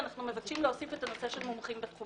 ואנחנו מבקשים להוסיף את הנושא של מומחים בתחומם.